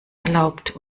erlaubt